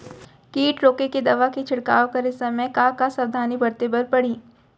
किट रोके के दवा के छिड़काव करे समय, का का सावधानी बरते बर परही?